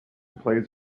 plays